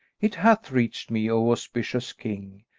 it hath reached me, o auspicious king,